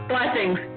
Blessings